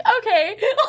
okay